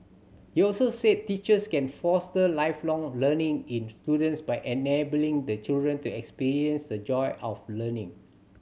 he also said teachers can foster Lifelong Learning in students by enabling the children to experience the joy of learning